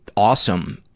awesome.